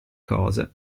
cose